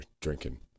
drinking